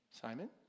Simon